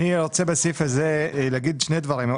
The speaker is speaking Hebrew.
אני רוצה בסעיף הזה להגיד שני דברים.